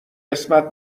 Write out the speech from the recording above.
قسمت